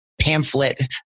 pamphlet